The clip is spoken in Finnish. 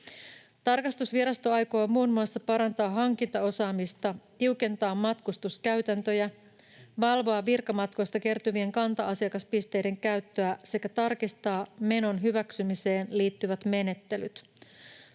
Tarkastusvirasto aikoo muun muassa parantaa hankintaosaamista, tiukentaa matkustuskäytäntöjä, valvoa virkamatkoista kertyvien kanta-asiakaspisteiden käyttöä sekä tarkistaa menon hyväksymiseen liittyvät menettelyt.